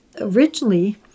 Originally